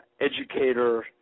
educator